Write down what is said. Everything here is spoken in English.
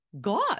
God